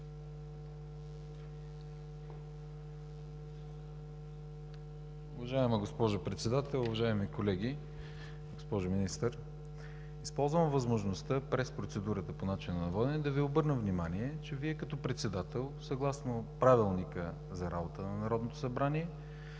възможността през процедурата по начина на водене да Ви обърна внимание, че Вие като председател съгласно Правилника за организацията и дейността на Народното събрание